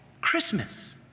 Christmas